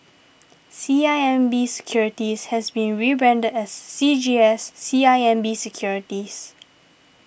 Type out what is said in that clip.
C I M B Securities has been rebranded as C G S C I M B Securities